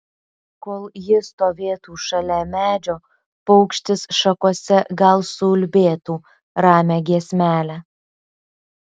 kol ji stovėtų šalia medžio paukštis šakose gal suulbėtų ramią giesmelę